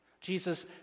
Jesus